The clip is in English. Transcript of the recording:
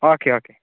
okay okay